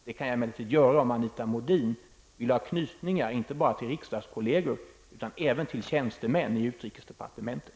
Det kan jag emellertid göra om Anita Modin vill ha knytningar inte bara till riksdagskollegor, utan även till tjänstemän i utrikesdepartementet.